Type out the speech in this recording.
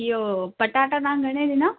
इहो पटाटा तव्हां घणे ॾिना